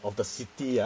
of the city ah